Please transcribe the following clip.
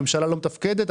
הממשלה לא מתפקדת,